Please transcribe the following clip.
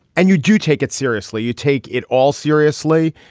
and you do take it seriously. you take it all seriously.